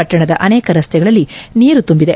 ಪಟ್ಟಣದ ಅನೇಕ ರಸ್ತೆಗಳಲ್ಲಿ ನೀರು ತುಂಬಿದೆ